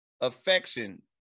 affection